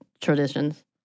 traditions